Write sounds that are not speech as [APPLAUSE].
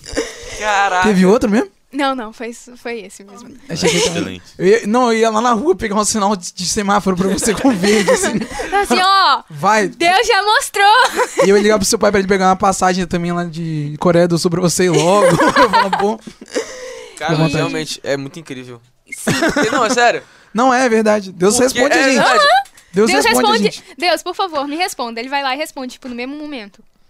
Caraca. [LAUGHS] Teve outro mesmo? Não, não, foi isso- foi esse mesmo. [LAUGHS] Achei Excelente. que- Eu ia- não, eu ia lá na rua pegar um sinal de- de semáforo pra você com verde, assim. [LAUGHS] Assim, ó, Vai. [LAUGHS] Deus já mostrou. E eu ia ligar pro seu pai pra ele pegar uma passagem também lá de Coreia do Sul pra você ir logo. [LAUGHS] [LAUGHS] Eu falava, "Bom." Cara, Fica à mas vontade. realmente é muito incrível. Sim. Não, é sério. Não, é verdade. Deus Porque responde a é gente. verdade. Uhum. Deus Deus responde a responde. gente. Deus, por favor, me responda. Ele vai lá e responde, tipo, no mesmo momento.